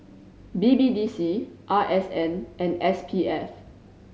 B B D C R S N and S P F